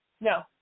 No